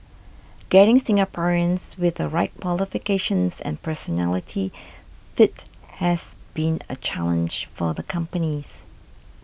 getting Singaporeans with the right qualifications and personality fit has been a challenge for the companies